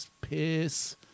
Piss